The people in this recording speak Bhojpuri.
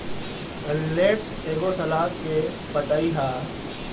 लेट्स एगो सलाद के पतइ ह